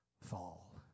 fall